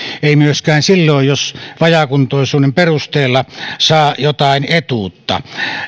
eikä myöskään silloin jos vajaakuntoisuuden perusteella saa jotain etuutta